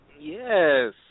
Yes